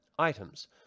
items